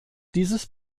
dieses